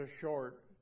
short